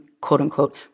quote-unquote